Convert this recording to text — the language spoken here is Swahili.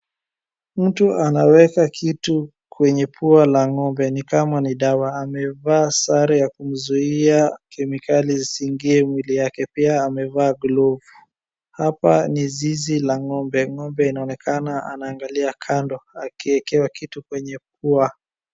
Mtu anaweka kitu kwenye pua la ng'ombe ni kama ni dawa. Amevaa sare ya kumzuia kemikali isiingie mwili yake pia amevaa glovu. Hapa ni zzizi la ng'ombe.Ng'ombe inaonekana anangalia kando akiwekewa kitu kwenye pua.